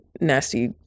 nasty